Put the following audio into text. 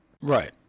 Right